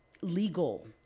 legal